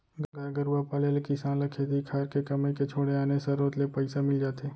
गाय गरूवा पाले ले किसान ल खेती खार के कमई के छोड़े आने सरोत ले पइसा मिल जाथे